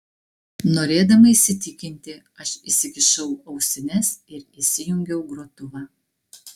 norėdama įsitikinti aš įsikišau ausines ir įsijungiau grotuvą